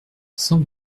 cent